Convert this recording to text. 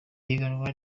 higanwa